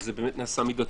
וזה באמת נעשה במידתיות,